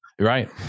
Right